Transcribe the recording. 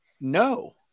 no